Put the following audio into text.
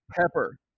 Pepper